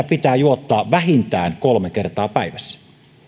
pitää juottaa vähintään kolme kertaa päivässä